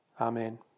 Amen